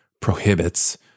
prohibits